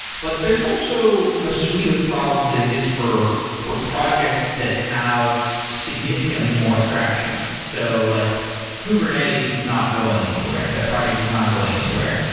but there's also a suite of problems that exist for for projects that have significantly more traction. so like kubernetes is not going anywhere. that project is not going anywhere.